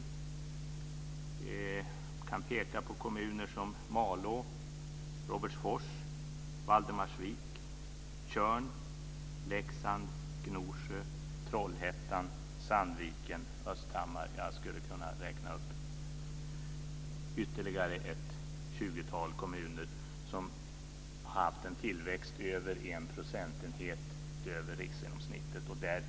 Jag kan peka på kommuner som Malå, Trollhättan, Sandviken och Östhammar. Jag skulle kunna räkna upp ytterligare ett tjugotal kommuner som har haft en tillväxt över en procentenhet över riksgenomsnittet.